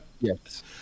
Yes